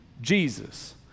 Jesus